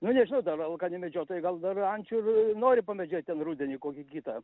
nu nežinau dar alkani medžiotojai gal dar ančių ir nori pamedžiot ten rudenį kokį kitą